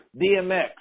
DMX